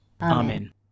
Amen